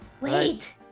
Wait